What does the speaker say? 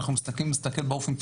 אם נסתכל באופן פיזי,